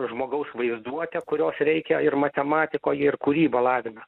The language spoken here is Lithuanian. žmogaus vaizduotę kurios reikia ir matematikoje ir kūrybą lavina